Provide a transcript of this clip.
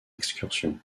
excursions